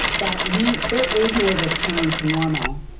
that we there is no return to normal,